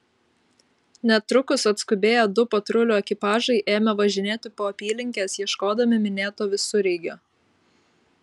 netrukus atskubėję du patrulių ekipažai ėmė važinėti po apylinkes ieškodami minėto visureigio